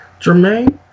Jermaine